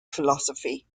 philosophy